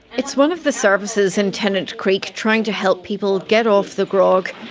it's one of the services in tennant creek trying to help people get off the grog.